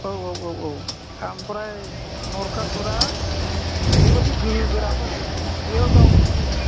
औ औ औ ओमफ्राय नरखासुरा ओरैबायदि गोहो गोरामोन बियो गावनि